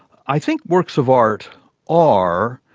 i think works of art are